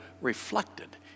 reflected